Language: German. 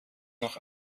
noch